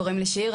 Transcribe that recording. קוראים לי שיר,